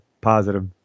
positive